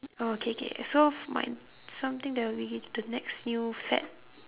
oh okay okay so for mine something that would be the next new fad